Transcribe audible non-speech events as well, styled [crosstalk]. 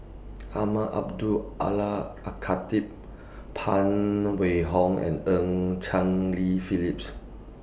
Umar [unintelligible] Allah A Khatib Phan Wait Hong and EU Cheng Li Phillips